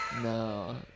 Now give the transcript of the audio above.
no